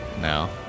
now